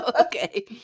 Okay